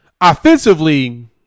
Offensively